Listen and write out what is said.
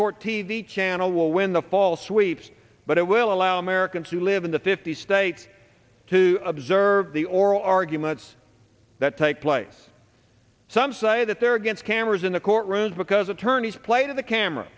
court t v channel will win the fall sweeps but it will allow americans who live in the fifty states to observe the oral arguments that take place some say that they're against cameras in the courtroom because attorneys play to the camera